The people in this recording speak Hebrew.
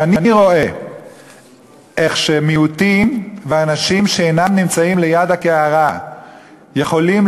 כשאני רואה איך מיעוטים ואנשים שאינם נמצאים ליד הקערה יכולים